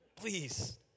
please